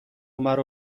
مرا